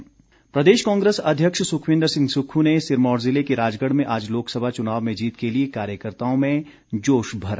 सुक्खू प्रदेश कांग्रेस अध्यक्ष सुखविन्दर सिंह सुक्खू ने सिरमौर ज़िले के राजगढ़ में आज लोकसभा चुनाव में जीत के लिए कार्यकर्ताओं में जोश भरा